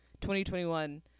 2021